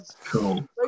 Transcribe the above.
cool